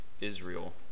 Israel